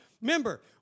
Remember